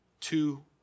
two